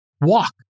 Walk